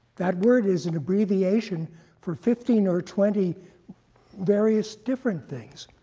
that word is an abbreviation for fifteen or twenty various different things.